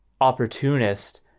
opportunist